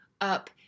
up